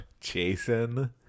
Jason